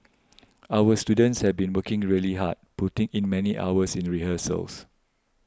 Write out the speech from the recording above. our students have been working really hard putting in many hours in rehearsals